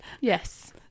Yes